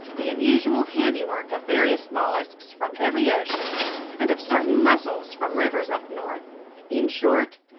the unusual handiwork of various mollusks from every ocean and of certain mussels from rivers up north in short,